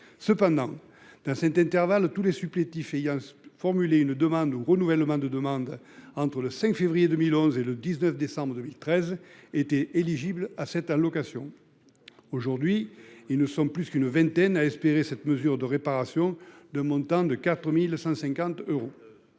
cependant dans cet intervalle tous les supplétifs ayant formulé une demande de renouvellement de demande, entre le 5 février 2011 et le 19 décembre 2013 étaient éligibles à cette allocation. Aujourd'hui ils ne sont plus qu'une vingtaine à espérer. Cette mesure de réparation d'un montant de 4150 euros.